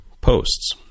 posts